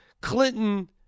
Clinton